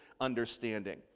understanding